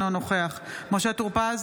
אינו נוכח משה טור פז,